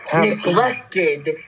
neglected